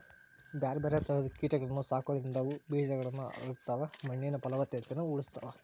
ಬ್ಯಾರ್ಬ್ಯಾರೇ ತರದ ಕೇಟಗಳನ್ನ ಸಾಕೋದ್ರಿಂದ ಅವು ಬೇಜಗಳನ್ನ ಹರಡತಾವ, ಮಣ್ಣಿನ ಪಲವತ್ತತೆನು ಉಳಸ್ತಾವ